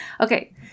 Okay